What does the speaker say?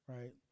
right